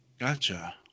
Gotcha